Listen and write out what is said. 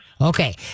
Okay